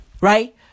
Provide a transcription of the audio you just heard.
right